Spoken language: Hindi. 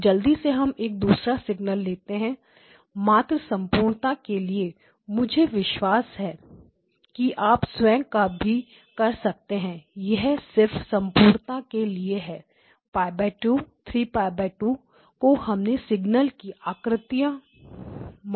अब जल्दी से हम एक दूसरा सिग्नल लेते हैं मात्र संपूर्णता के लिए मुझे विश्वास है आप स्वयं का भी कर सकते हैं यह सिर्फ संपूर्णता के लिए है π 2 3 π 2 को हमने सिग्नल की आकृति माना है